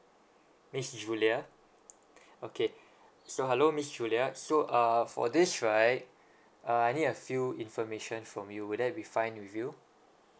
miss julia okay so hello miss julia so uh for this right uh I need a few information from you would that be fine with you